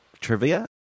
trivia